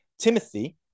Timothy